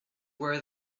where